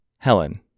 Helen